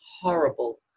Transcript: horrible